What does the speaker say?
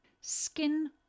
Skin